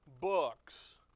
books